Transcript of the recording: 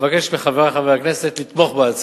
אבקש מחברי חברי הכנסת לתמוך בה.